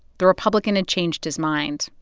the republican had changed his mind,